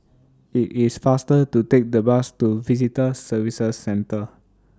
IT IS faster to Take The Bus to Visitor Services Centre